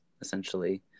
essentially